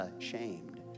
ashamed